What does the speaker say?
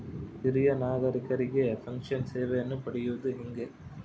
ಹಿರಿಯ ನಾಗರಿಕರಿಗೆ ಪೆನ್ಷನ್ ಸೇವೆಯನ್ನು ಪಡೆಯುವುದು ಹೇಗೆ?